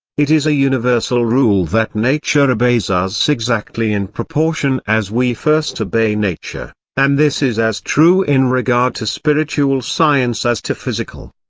it is a universal rule that nature obeys us exactly in proportion as we first obey nature and this is as true in regard to spiritual science as to physical.